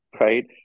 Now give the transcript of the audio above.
right